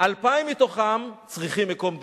2,000 מתוכם צריכים מקום דיור.